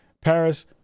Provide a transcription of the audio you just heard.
Paris